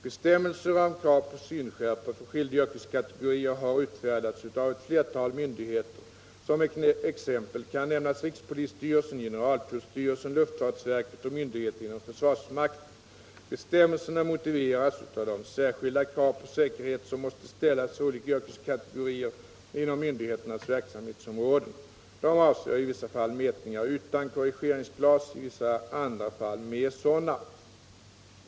Bestämmelser om krav på synskärpa för skilda yrkeskategorier har utfärdats av ett flertal myndigheter. Som exempel kan nämnas rikspolisstyrelsen, generaltullstyrelsen, luftfartsverket och myndigheter inom försvarsmakten. Bestämmelserna motiveras av de särskilda krav på säkerhet som måste ställas för olika yrkeskategorier inom myndigheternas verksamhetsområden. De avser i vissa fall mätningar utan korrigeringsglas, i vissa andra fall med sådana.